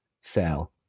sell